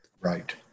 Right